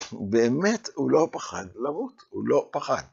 הוא באמת, הוא לא פחד למות, הוא לא פחד.